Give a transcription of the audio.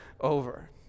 over